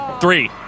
three